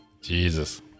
jesus